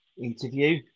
interview